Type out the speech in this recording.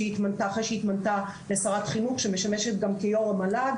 אחרי שהיא התמנתה לשרת החינוך שמשמשת גם כיו"ר המל"ג,